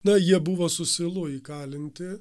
na jie buvo su silu įkalinti